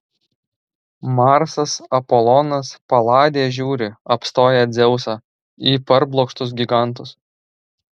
marsas apolonas paladė žiūri apstoję dzeusą į parblokštus gigantus